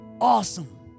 Awesome